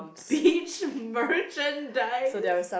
beach merchandise